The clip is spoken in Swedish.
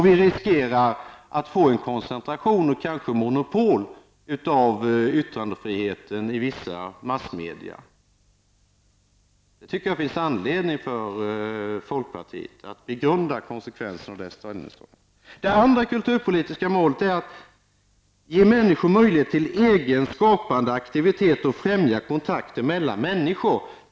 Då riskerar vi att få en koncentration, kanske ett monopol, av yttrandefriheten till vissa massmedia. Det finns anledning för folkpartiet att begrunda konsekvenserna av detta ställningstagande. Det andra kulturpolitiska målet är att ge människor möjlighet till egen skapande aktivitet och främja kontakten mellan människor.